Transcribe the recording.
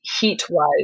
heat-wise